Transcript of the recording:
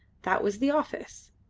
that was the office.